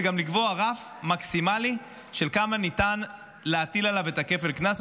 וגם לקבוע רף מקסימלי של כמה ניתן להטיל עליו את כפל הקנס.